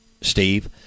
Steve